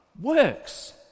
works